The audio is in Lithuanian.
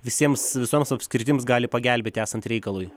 visiems visoms apskritims gali pagelbėti esant reikalui